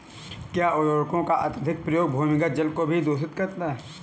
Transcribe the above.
क्या उर्वरकों का अत्यधिक प्रयोग भूमिगत जल को भी प्रदूषित करता है?